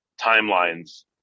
timelines